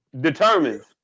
determines